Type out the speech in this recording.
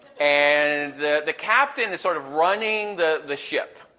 and the the captain is sort of running the the ship,